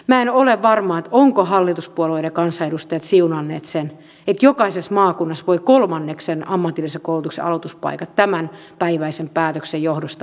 minä en ole varma ovatko hallituspuolueiden kansanedustajat siunanneet sen että jokaisessa maakunnassa voivat ammatillisen koulutuksen aloituspaikat vähentyä kolmanneksen tämänpäiväisen päätöksen johdosta